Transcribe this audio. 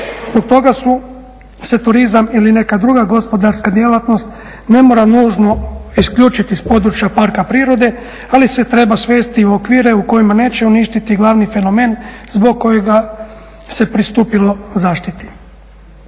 Zbog toga su se turizam ili neka druga gospodarska djelatnost ne mora nužno isključiti s područja parka prirode ali se treba svesti u okvire u kojima neće uništiti glavni fenomen zbog kojega se pristupilo zaštiti.